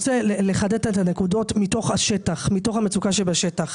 לחדד את הנקודות מתוך השטח, מתוך המצוקה שבשטח.